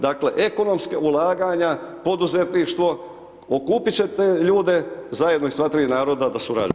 Dakle, ekonomska ulaganja, poduzetništvo okupit ćete ljude zajedno iz sva tri naroda da surađuju.